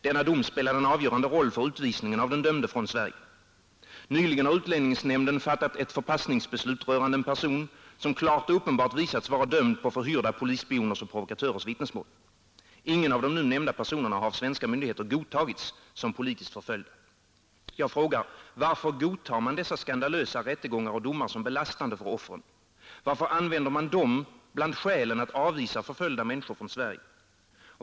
Denna dom spelade en avgörande roll för utvisningen av den dömde från Sverige. Nyligen har utlänningsnämnden fattat ett förpassningsbeslut rörande en person som klart och uppenbart visats vara dömd på förhyrda polisspioners och provokatörers vittnesmål. Ingen av de nu nämnda personerna har av svenska myndigheter godtagits som politiskt förföljd. Jag frågar: Varför godtar man dessa skandalösa rättegångar och domar som belastande för offren? Varför använder man dem bland skälen att avvisa förföljda människor från Sverige?